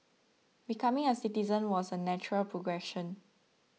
becoming a citizen was a natural progression